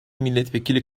milletvekili